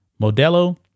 Modelo